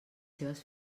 seves